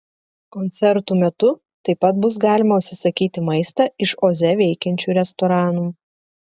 koncertų metu taip pat bus galima užsisakyti maistą iš oze veikiančių restoranų